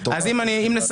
אז אם נסכם,